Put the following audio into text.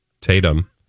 Tatum